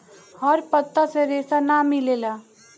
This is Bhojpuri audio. हर पत्ता से रेशा ना मिलेला